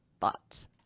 thoughts